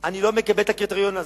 אני לא מקבל את הקריטריון הזה.